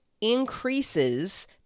increases